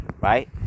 right